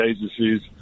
agencies